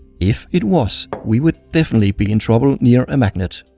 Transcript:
if it was, we would definitely be in trouble near a magnet.